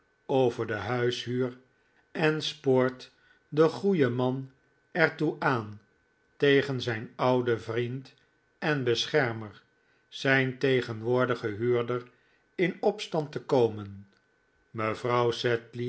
over de huishuur en spoort den goeien man er toe aan tegen zijn ouden vriend en beschermer zijn tegenwoordigen huurder in opstand te komen mevrouw